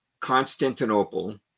Constantinople